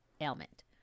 ailment